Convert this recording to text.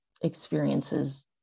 experiences